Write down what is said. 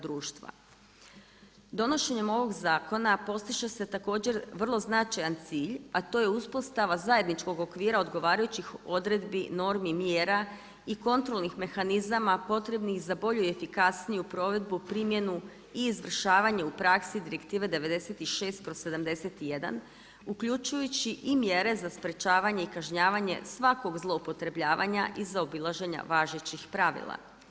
Donošenjem ovog zakona postiže se također, vrlo značajan cilj a to je uspostava zajedničkog okvira odgovarajućih odredbi, normi, mjera i kontrolnih mehanizama potrebnih za bolju i efikasniju provedbi, primjenu i izvršavanje u praksi Direktive 96/71 uključujući i mjere za sprečavanje i kažnjavanje svakog zloupotrebljavanja i zaobilaženja važećih pravila.